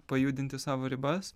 pajudinti savo ribas